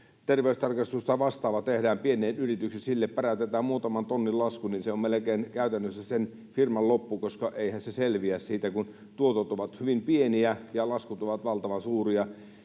terveystarkastus tai vastaava tehdään pieneen yritykseen ja sille päräytetään muutaman tonnin lasku. Se on melkein käytännössä sen firman loppu, koska eihän se selviä siitä, kun tuotot ovat hyvin pieniä ja laskut ovat valtavan suuria.